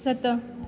सत